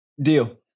deal